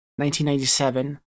1997